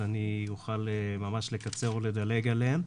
אז אני אוכל ממש לקצר או לדלג עליהם.